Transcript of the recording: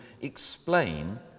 explain